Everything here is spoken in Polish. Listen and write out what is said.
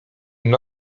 jej